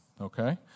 Okay